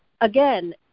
again